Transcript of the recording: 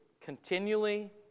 continually